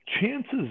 chances